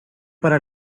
para